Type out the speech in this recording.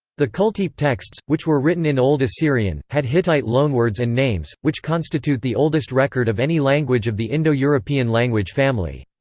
the kultepe texts, which were written in old assyrian, had hittite loanwords and names, which constitute the oldest record of any language of the indo-european language family.